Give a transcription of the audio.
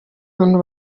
muntu